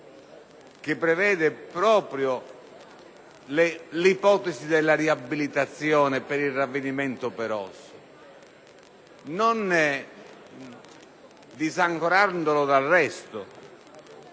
che prevede proprio l’ipotesi della riabilitazione per il ravvedimento operoso, non disancorandolo dal resto.